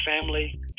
family